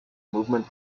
movement